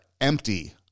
Empty